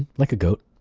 like a goat.